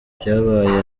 byabaye